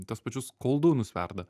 tuos pačius koldūnus verda